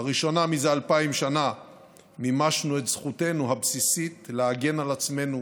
לראשונה זה אלפיים שנה מימשנו את זכותנו הבסיסית להגן על עצמנו,